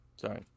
Sorry